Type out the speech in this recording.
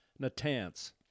Natanz